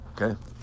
Okay